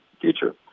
future